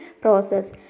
process